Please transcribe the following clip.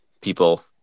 people